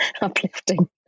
uplifting